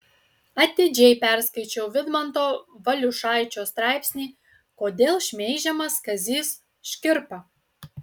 atidžiai perskaičiau vidmanto valiušaičio straipsnį kodėl šmeižiamas kazys škirpa